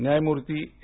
न्यायमूर्ती ए